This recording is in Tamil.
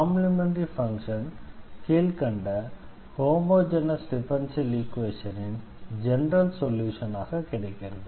காம்ப்ளிமெண்டரி ஃபங்ஷன் கீழ்க்கண்ட ஹோமொஜெனஸ் டிஃபரன்ஷியல் ஈக்வேஷனின் ஜெனரல் சொல்யூஷனாக கிடைக்கிறது